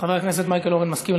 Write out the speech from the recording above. חבר הכנסת מייקל אורן מסכים,